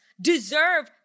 deserve